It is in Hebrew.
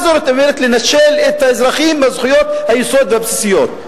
מה זאת אומרת לנשל את האזרחים מזכויות היסוד הבסיסיות?